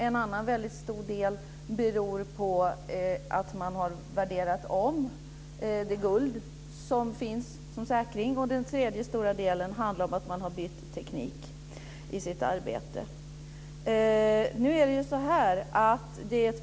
En annan stor del beror på att man har värderat om det guld som finns som säkerhet. Den tredje stora delen handlar om att man har bytt teknik i arbetet.